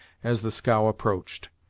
as the scow approached.